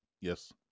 Yes